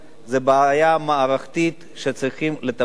זו בעיה מערכתית שצריכים לטפל בה.